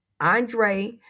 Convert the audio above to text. Andre